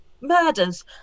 murders